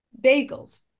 bagels